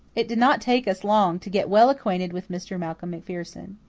it did not take us long to get well acquainted with mr. malcolm macpherson.